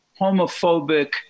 homophobic